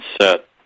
set